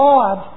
God